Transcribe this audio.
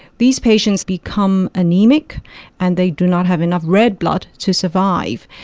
these patients become anaemic and they do not have enough red blood to survive.